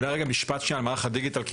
אולי רגע משפט על מערך הדיגיטל.